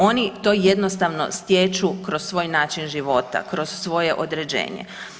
Oni to jednostavno stječu kroz svoj način života, kroz svoje određenje.